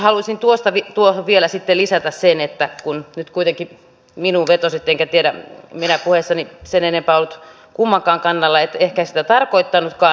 haluaisin tuohon vielä lisätä sen kun nyt kuitenkin minuun vetosit enkä tiedä minä puheessani en sen enempää ollut kummankaan kannalla että ehkä en sitä tarkoittanutkaan